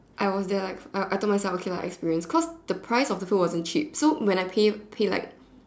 I was there like I I told myself okay lah experience cause the price of the food wasn't cheap so when I pay pay like